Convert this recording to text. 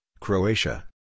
Croatia